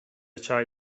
چایی